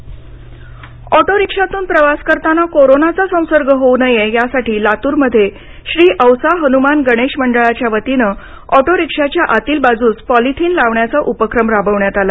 ऑटोरिक्षात polythene ऑटोरिक्षातून प्रवास करताना कोरोनाचा संसर्ग होवू नये यासाठी लातूरमध्ये श्री औसा हनुमान गणेश मंडळाच्या वतीनं ऑटोरिक्षाच्या आतील बाजूस पॉलिथिन लावण्याचा उपक्रम राबविण्यात आला